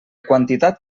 quantitat